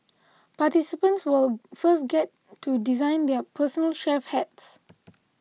participants will first get to design their personal chef hats